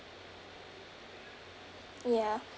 ya